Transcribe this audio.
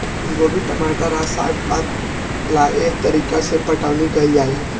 गोभी, टमाटर आ साग पात ला एह तरीका से पटाउनी कईल जाला